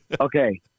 Okay